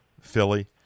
Philly